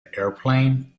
airplane